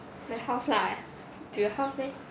my house lah your house meh